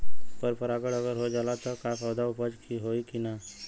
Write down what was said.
पर परागण अगर हो जाला त का पौधा उपज होई की ना?